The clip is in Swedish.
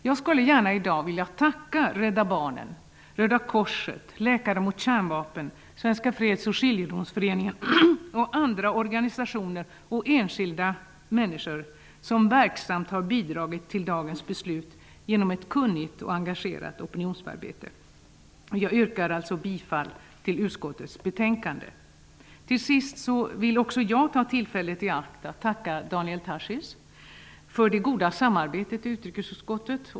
Jag skulle i dag gärna vilja tacka Rädda barnen, Röda korset, Läkare mot kärnvapen, Svenska freds och skiljedomsföreningen samt andra organisationer och enskilda människor som verksamt har bidragit till dagens beslut genom ett kunnigt och engagerat opinionsarbete. Jag yrkar bifall till utskottets hemställan. Till sist vill också jag ta tillfället i akt och tacka Daniel Tarschys för det goda samarbetet i utrikesutskottet.